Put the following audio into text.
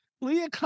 Leah